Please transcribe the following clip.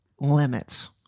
limits